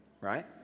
right